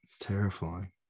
terrifying